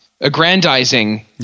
aggrandizing